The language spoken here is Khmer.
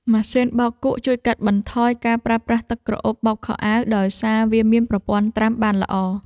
ម៉ាស៊ីនបោកគក់ជួយកាត់បន្ថយការប្រើប្រាស់ទឹកក្រអូបបោកខោអាវដោយសារវាមានប្រព័ន្ធត្រាំបានល្អ។